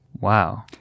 Wow